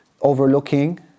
overlooking